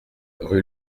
rue